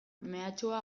mehatxua